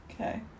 okay